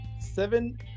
seven